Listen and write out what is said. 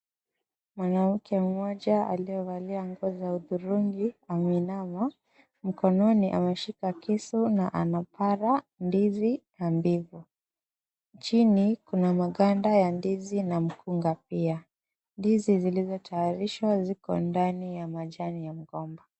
Mwanamke mmoja aliyevalia nguo za hudhurungi ameinama. Mkononi ameshika kisu na anapara ndizi mbivu. Chini kuna maganda ya ndizi na mkunga pia. Ndizi zilizotayarishwa ziko ndani ya majani ya mgomba.